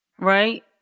right